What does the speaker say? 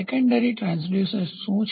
સેકન્ડરીગૌણ transducer શું છે